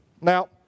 Now